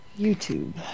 YouTube